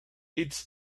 its